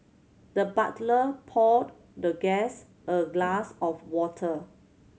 the butler poured the guest a glass of water